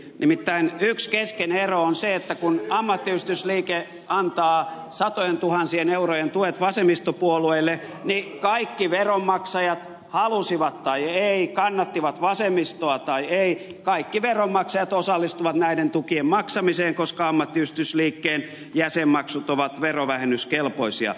nimittäin yksi keskeinen ero on se että kun ammattiyhdistysliike antaa satojentuhansien eurojen tuet vasemmistopuolueille niin kaikki veronmaksajat halusivat tai eivät kannattivat vasemmistoa tai eivät kaikki veronmaksajat osallistuvat näiden tukien maksamiseen koska ammattiyhdistysliikkeen jäsenmaksut ovat verovähennyskelpoisia